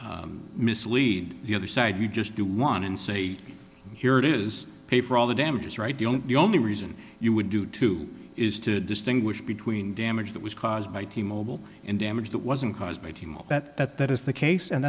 mislead the other side you just do one and say here it is pay for all the damages right don't the only reason you would do two is to distinguish between damage that was caused by t mobile in damage that wasn't caused by that that that is the case and